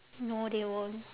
no they won't